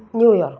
New York